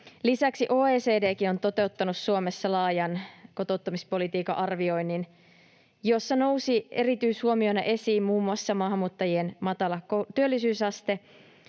Lisäksi OECD:kin on toteuttanut Suomessa laajan kotouttamispolitiikan arvioinnin, jossa nousi erityishuomiona esiin muun muassa maahanmuuttajien matala työllisyysaste,